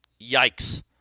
Yikes